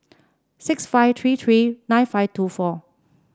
six five three three nine five two four